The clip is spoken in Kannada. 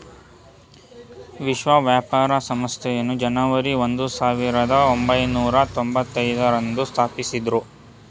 ವಿಶ್ವ ವ್ಯಾಪಾರ ಸಂಸ್ಥೆಯನ್ನು ಜನವರಿ ಒಂದು ಸಾವಿರದ ಒಂಬೈನೂರ ತೊಂಭತ್ತೈದು ರಂದು ಸ್ಥಾಪಿಸಿದ್ದ್ರು